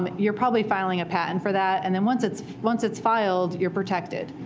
um you're probably filing a patent for that. and then once it's once it's filed, you're protected.